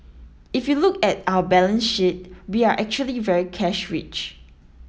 if you look at our balance sheet we are actually very cash rich